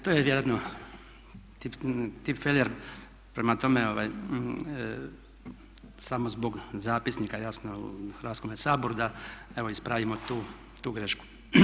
To je vjerojatno tipfeler, prema tome samo zbog zapisnika jasno u Hrvatskome saboru evo da ispravimo tu grešku.